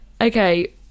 Okay